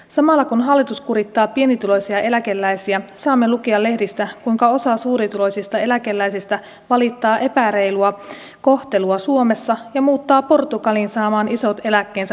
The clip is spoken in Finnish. samalla kun hallitus kurittaa pienituloisia eläkeläisiä saamme lukea lehdistä kuinka osa suurituloisista eläkeläisistä valittaa epäreilua kohtelua suomessa ja muuttaa portugaliin saamaan isot eläkkeensä puhtaana käteen